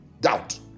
doubt